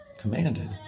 commanded